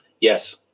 Yes